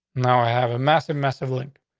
now i have a massive, massive link.